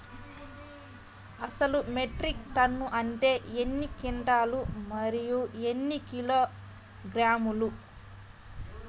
అసలు metric ton అంటే ఎన్ని క్వింటాలు మరియు ఎన్ని కిలోగ్రాములు?